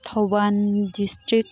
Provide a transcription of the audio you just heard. ꯌꯧꯕꯥꯜ district